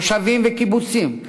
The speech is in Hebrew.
מושבים וקיבוצים,